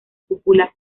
cúpula